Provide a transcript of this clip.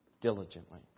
diligently